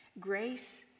grace